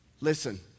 Listen